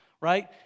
Right